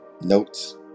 notes